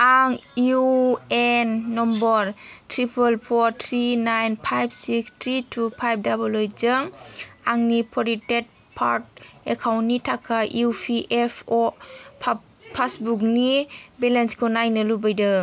आं इउ A N number triple four three nine five six three two five double eight जों आंनि provident fund एकाउन्टनि थाखाय इ पि एफ अ पासबुकनि बेलेन्सखौ नायनो लुबैदों